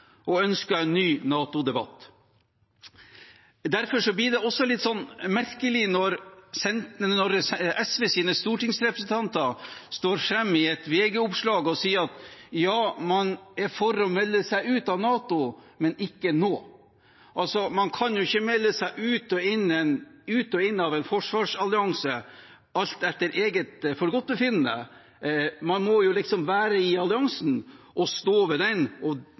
og ønsker en ny NATO-debatt. Derfor blir det også litt merkelig når SVs stortingsrepresentanter står fram i et VG-oppslag og sier at ja, man er for å melde seg ut av NATO, men ikke nå. Man kan jo ikke melde seg ut og inn av en forsvarsallianse alt etter eget forgodtbefinnende. Man må liksom være i alliansen og stå ved den og